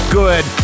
good